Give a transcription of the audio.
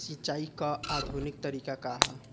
सिंचाई क आधुनिक तरीका का ह?